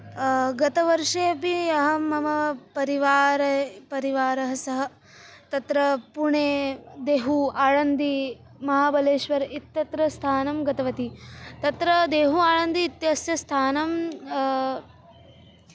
गतवर्षेपि अहं मम परिवारैः परिवारैः सह तत्र पुणे देहु आळन्दि महाबलेश्वर् इत्यत्र स्थानं गतवती तत्र देहु आणन्दी इत्यस्य स्थानं